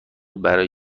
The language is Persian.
برای